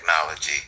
technology